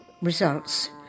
Results